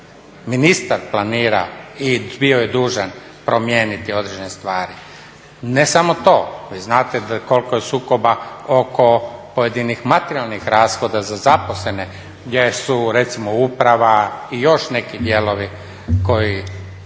Ministar planira i bio je dužan promijeniti određene stvari. Ne samo to, vi znate koliko je sukoba oko pojedinih materijalnih rashoda za zaposlene gdje su, recimo, uprava i još neki dijelovi koji crpe